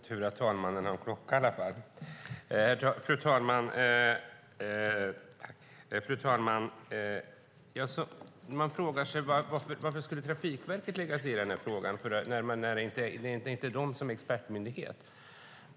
Fru talman! Man frågar sig varför Trafikverket skulle lägga sig i den här frågan när det inte är de som är expertmyndighet.